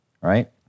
right